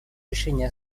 решение